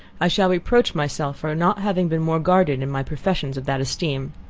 i shall reproach myself for not having been more guarded in my professions of that esteem.